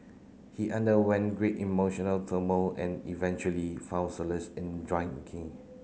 he underwent great emotional turmoil and eventually found solace in